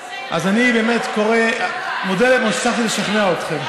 אז אני באמת מודה שהצלחתי לשכנע אתכם.